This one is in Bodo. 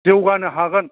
जौगानो हागोन